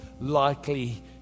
likely